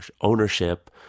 ownership